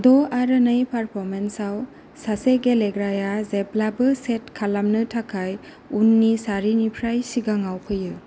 द' आरो नै पारफर्मेन्सआव सासे गेलेग्राया जेब्लाबो सेट खालामनो थाखाय उननि सारिनिफ्राय सिगाङाव फैयो